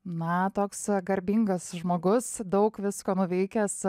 na toks garbingas žmogus daug visko nuveikęs